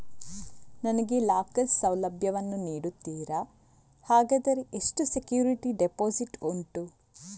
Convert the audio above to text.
ನನಗೆ ಲಾಕರ್ ಸೌಲಭ್ಯ ವನ್ನು ನೀಡುತ್ತೀರಾ, ಹಾಗಾದರೆ ಎಷ್ಟು ಸೆಕ್ಯೂರಿಟಿ ಡೆಪೋಸಿಟ್ ಉಂಟು?